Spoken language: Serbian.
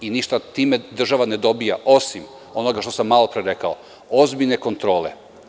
Ništa time država ne dobija, osim onoga što sam malo pre rekao, ozbiljne kontrole.